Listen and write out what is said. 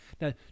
now